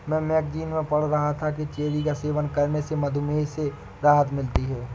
मैं मैगजीन में पढ़ रहा था कि चेरी का सेवन करने से मधुमेह से राहत मिलती है